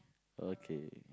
okay